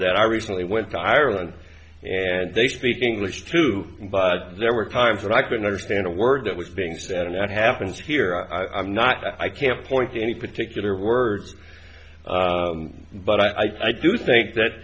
that i recently went to ireland and they speak english too but there were times when i couldn't understand a word that was being said and it happens here not that i can point to any particular words but i do think that